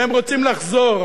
והם רוצים לחזור,